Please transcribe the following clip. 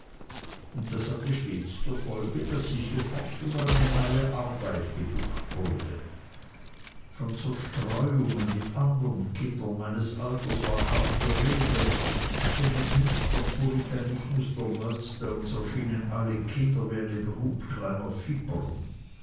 und das hatte stets zur folge daß ich sofort über eine neue arbeit geduckt wurde von zerstreuungen mit andern kindern meines alters war kaum die rede denn dem finstern puritanismus der murdstones erschienen alle kinder wie eine brut kleiner